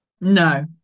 No